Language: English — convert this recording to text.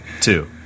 two